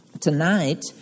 Tonight